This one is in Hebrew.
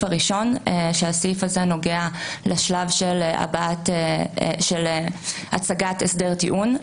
בסעיף הראשון, שנוגע לשלב של הצגת הסדר טיעון.